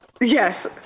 Yes